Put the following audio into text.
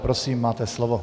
Prosím, máte slovo.